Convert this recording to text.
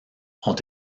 ont